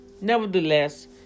nevertheless